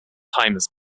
times